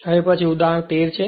હવે પછી ઉદાહરણ 13 છે